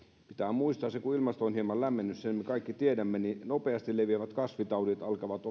pitää muistaa se että kun ilmasto on hieman lämmennyt sen me kaikki tiedämme nopeasti leviävät kasvitaudit alkavat